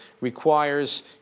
requires